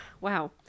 wow